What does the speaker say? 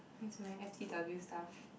mine's my F_T_W stuff